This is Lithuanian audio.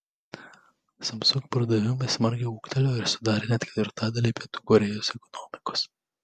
samsung pardavimai smarkiai ūgtelėjo ir sudarė net ketvirtadalį pietų korėjos ekonomikos